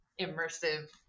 immersive